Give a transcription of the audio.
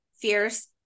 fierce